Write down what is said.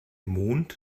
mond